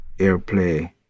airplay